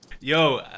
Yo